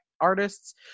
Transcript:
artists